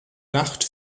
nacht